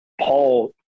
Paul